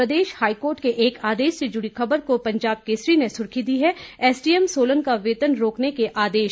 प्रदेश high court के एक आदेश से जुड़ी खबर को पंजाब केसरी ने सुर्खी दी है एसडीएम सोलन का वेतन रोकने के आदेश